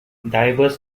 divers